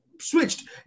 switched